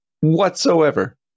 whatsoever